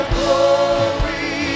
glory